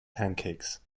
pancakes